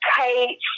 Kate